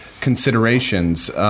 considerations